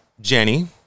Jenny